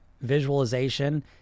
visualization